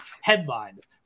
headlines